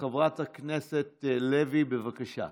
חברת הכנסת לוי, בבקשה.